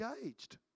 engaged